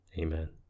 Amen